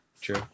true